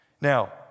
Now